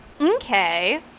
Okay